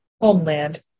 homeland